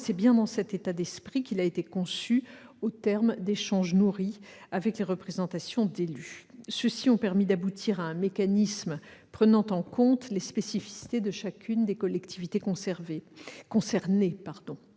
C'est bien dans cet état d'esprit qu'il a été conçu, aux termes d'échanges nourris avec les représentations d'élus. Ces discussions ont permis d'aboutir à un mécanisme prenant en compte les spécificités de chacune des collectivités concernées.